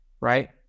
Right